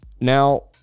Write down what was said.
Now